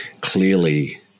clearly